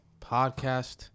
podcast